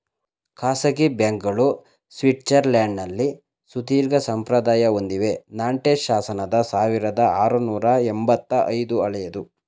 ಖಾಸಗಿ ಬ್ಯಾಂಕ್ಗಳು ಸ್ವಿಟ್ಜರ್ಲ್ಯಾಂಡ್ನಲ್ಲಿ ಸುದೀರ್ಘಸಂಪ್ರದಾಯ ಹೊಂದಿವೆ ನಾಂಟೆಸ್ ಶಾಸನದ ಸಾವಿರದಆರುನೂರು ಎಂಬತ್ತ ಐದು ಹಳೆಯದು